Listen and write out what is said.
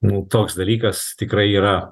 nu toks dalykas tikrai yra